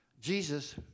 Jesus